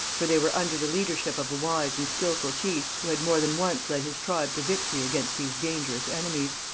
for they were under the leadership of a wise and skilful chief, who had more than once led his tribe to victory against these dangerous enemies.